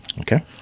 Okay